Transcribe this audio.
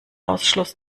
ausschluss